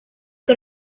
got